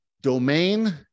domain